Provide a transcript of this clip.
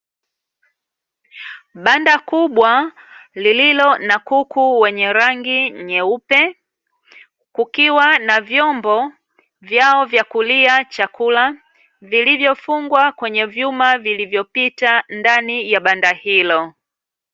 Banda kubwa lililo na kuku wenye rangi nyeupe, kukiwa na vyombo vyao vya kulia chakula vilivyofungwa kwenye vyuma vilivyopita ndani ya banda hilo.